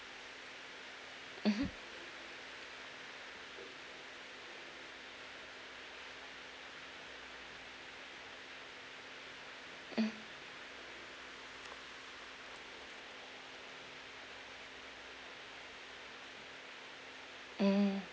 mmhmm mm mm